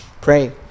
pray